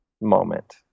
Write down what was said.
moment